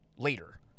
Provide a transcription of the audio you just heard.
later